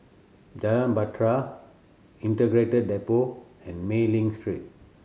Jalan Bahtera Integrated Depot and Mei Ling Street